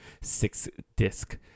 six-disc